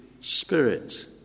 Spirit